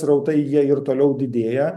srautai jie ir toliau didėja